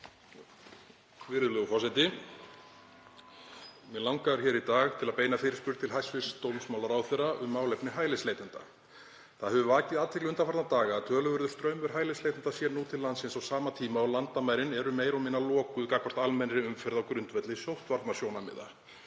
Virðulegur forseti. Mig langar hér í dag til að beina fyrirspurn til hæstv. dómsmálaráðherra um málefni hælisleitenda. Það hefur vakið athygli undanfarna daga að töluverður straumur hælisleitenda sé nú til landsins á sama tíma og landamærin eru meira og minna lokuð gagnvart almennri umferð á grundvelli sóttvarnasjónarmiða.